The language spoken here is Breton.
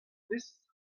smith